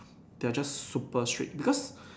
they're just super strict because